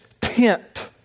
tent